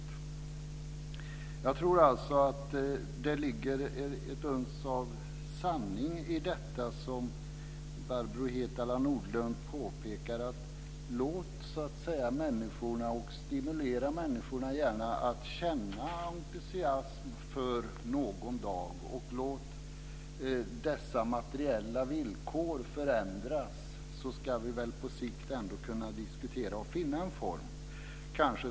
Jag tror alltså att det ligger ett uns av sanning i detta som Barbro Hietala Nordlund påpekar. Låt människorna känna entusiasm för någon dag - stimulera dem gärna att göra det - och låt de materiella villkoren förändras, så ska vi på sikt ändå kunna diskutera och finna en form.